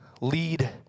lead